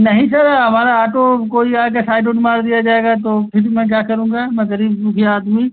नहीं सर हमारा आटो कोई आके साइड ओइड मार दिया जाएगा तो फिर मैं क्या करूँगा मैं गरीब दुखिया आदमी